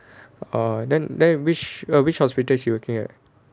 orh then then which err which hospital she working at